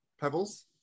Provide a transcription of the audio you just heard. Pebbles